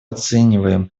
оцениваем